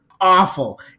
awful